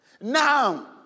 Now